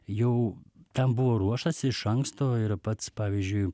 jau tam buvo ruoštasi iš anksto yra pats pavyzdžiui